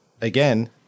again